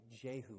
Jehu